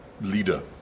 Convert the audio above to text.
leader